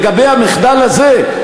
לגבי המחדל הזה,